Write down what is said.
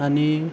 आणि